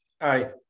Aye